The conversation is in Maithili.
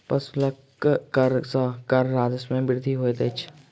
प्रशुल्क कर सॅ कर राजस्व मे वृद्धि होइत अछि